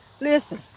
listen